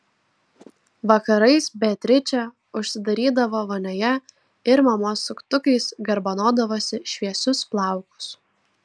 vakarais beatričė užsidarydavo vonioje ir mamos suktukais garbanodavosi šviesius plaukus